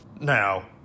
Now